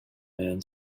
man